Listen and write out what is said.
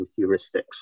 heuristics